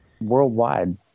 worldwide